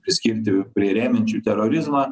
priskirti prie remiančių terorizmą